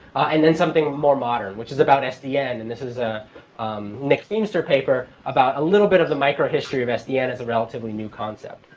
and then something more modern, which is about sdn. and this is a nick feamster paper about a little bit of the micro history of sdn. it's a relatively new concept.